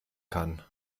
kann